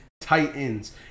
Titans